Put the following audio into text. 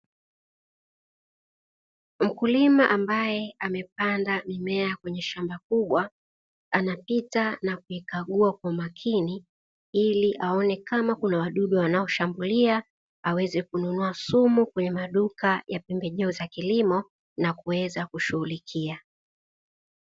Mkulima ambaye amepanda mimea kwenye shamba kubwa anapita na kuikagua kwa makini, ili aone kama kuna wadudu wanaoshambulia aweze kununua sumu kwenye maduka ya pembejeo za kilimo, na kuweza kushughulikia.